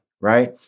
right